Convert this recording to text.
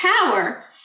power